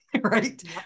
right